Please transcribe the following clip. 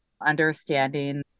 understanding